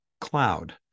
cloud